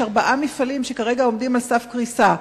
יש ארבעה מפעלים שכרגע עומדים על סף קריסה,